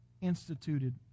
instituted